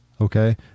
okay